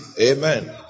Amen